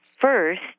first